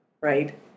right